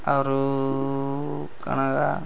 ଆରୁ କାଣା